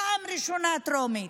פעם ראשונה טרומית,